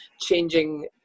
changing